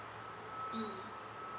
mm